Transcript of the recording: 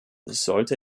sollte